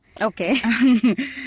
Okay